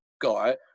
guy